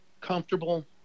comfortable